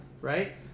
right